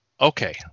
Okay